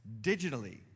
digitally